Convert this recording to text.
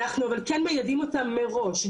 אנחנו אבל כן מיידעים אותם מראש,